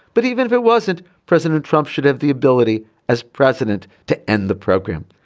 but even if it wasn't president trump should have the ability as president to end the program.